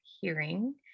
hearing